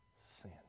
sin